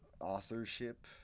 authorship